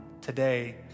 today